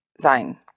sein